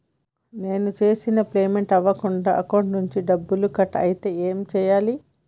నేను చేసిన పేమెంట్ అవ్వకుండా అకౌంట్ నుంచి డబ్బులు కట్ అయితే ఏం చేయాలి?